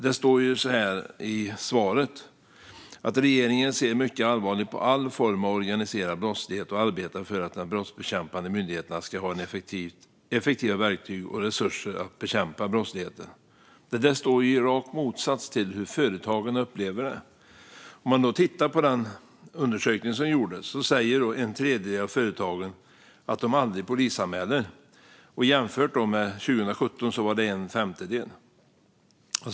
Det står så här i svaret: "Regeringen ser mycket allvarligt på all form av organiserad brottslighet och arbetar för att de brottsbekämpande myndigheterna ska ha effektiva verktyg och resurser att bekämpa brottsligheten." Detta står i rak motsats till hur företagen upplever det. I den undersökning som gjordes säger en tredjedel av företagen att de aldrig polisanmäler. Det kan man jämföra med 2017, då det var en femtedel.